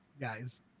guys